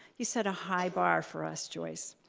you set a high bar for us, joyce.